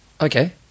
okay